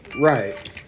Right